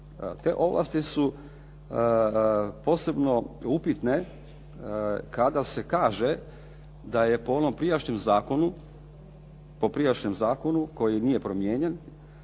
Te ovlasti su posebno upitne kada se kaže da je po onom prijašnjem zakonu koji nije promijenjen,